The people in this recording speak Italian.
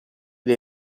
dei